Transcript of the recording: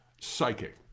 psychic